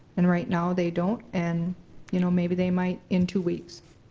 and right now they don't. and you know maybe they might in two weeks,